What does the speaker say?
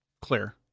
clear